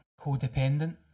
codependent